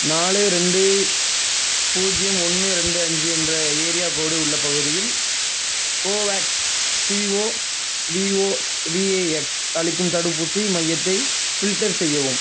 நாலு ரெண்டு பூஜ்ஜியம் ஒன்று ரெண்டு அஞ்சு என்ற ஏரியா கோடு உள்ள பகுதியில் கோவோவேக்ஸ் சிஓவிஓவிஏஎக்ஸ் அளிக்கும் தடுப்பூசி மையத்தை ஃபில்டர் செய்யவும்